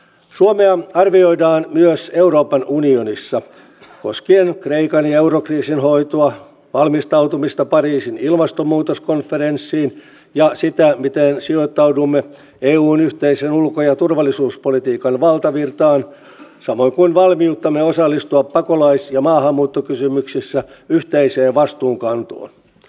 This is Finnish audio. suomea arvioidaan myös euroopan unionissa koskien kreikan ja eurokriisin hoitoa valmistautumista pariisin ilmastonmuutoskonferenssiin ja sitä miten sijoittaudumme eun yhteisen ulko ja turvallisuuspolitiikan valtavirtaan samoin kuin valmiuttamme osallistua pakolais ja maahanmuuttokysymyksissä yhteiseen vastuunkantoon